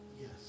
yes